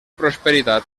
prosperitat